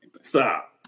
Stop